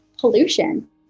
pollution